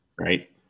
right